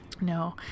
No